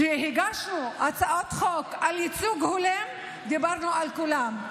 כשהגשנו הצעות חוק על ייצוג הולם, דיברנו על כולם.